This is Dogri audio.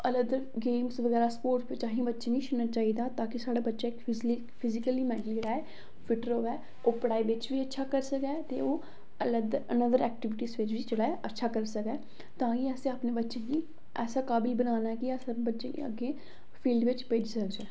आल अदर गेम्स बगैरा स्पोटर्स बिच्च असें गी बच्चें गी छोड़ना चाहिदा ताकि साढ़ा बच्चा इक फिजली फिजिकली मैंटली जेह्ड़ा ऐ ओह् फिट्ट र'वै ओह् पढ़ाई बिच्च भी अच्छा करी सकै ते ओह् ऐलअदर ऐनअदर एक्टीविटिज च बी जेह्ड़ा ऐ अच्छा करी सकै तां गै असें अपने बच्चें गी ऐसा काबिल बनाना ऐ कि अस अपने बच्चें गी फील्ड बिच्च भेज्जी सकचै